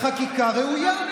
בחקיקה ראויה.